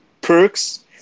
perks